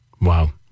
Wow